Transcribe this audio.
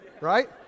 right